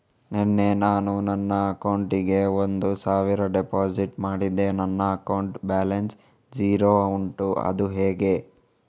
ನಿನ್ನೆ ನಾನು ನನ್ನ ಅಕೌಂಟಿಗೆ ಒಂದು ಸಾವಿರ ಡೆಪೋಸಿಟ್ ಮಾಡಿದೆ ನನ್ನ ಅಕೌಂಟ್ ಬ್ಯಾಲೆನ್ಸ್ ಝೀರೋ ಉಂಟು ಅದು ಹೇಗೆ?